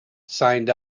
signed